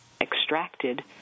extracted